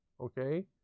okay